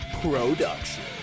production